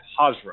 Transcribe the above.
Hazra